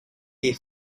here